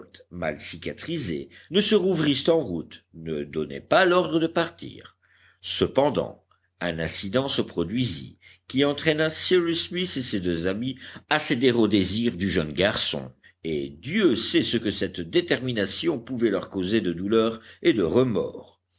mal cicatrisées ne se rouvrissent en route ne donnait pas l'ordre de partir cependant un incident se produisit qui entraîna cyrus smith et ses deux amis à céder aux désirs du jeune garçon et dieu sait ce que cette détermination pouvait leur causer de douleurs et de remords